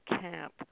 Camp